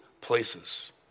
places